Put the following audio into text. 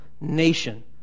nation